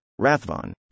Rathvon